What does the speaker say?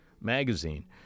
Magazine